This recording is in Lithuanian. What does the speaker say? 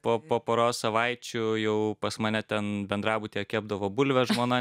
po po poros savaičių jau pas mane ten bendrabutyje kepdavo bulves žmona